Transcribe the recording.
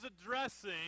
addressing